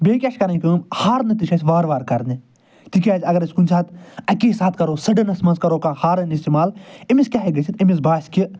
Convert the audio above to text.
بیٚیہِ کیٛاہ چھِ کرٕنۍ کٲم ہارنہٕ تہٕ چھِ اَسہِ وارٕ وارٕ کَرنہِ تِکیٛازِ اگر أسۍ کُنہِ ساتہٕ اَکی ساتہٕ کرو سٔڈٕنَس منٛز کَرو کانٛہہ ہارَن استعمال أمِس کیٛاہ ہٮ۪کہِ گٔژھِتھ أمِس باسہِ کہِ